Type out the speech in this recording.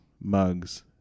mugs